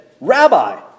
Rabbi